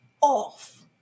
off